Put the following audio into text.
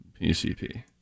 PCP